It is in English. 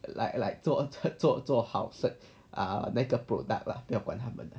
like like 做做做好 cert ah 那个 product lah 不要管他们